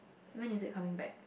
when is it coming back